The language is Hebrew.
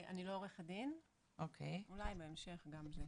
אני לא עורכת דין, אולי בהמשך גם זה.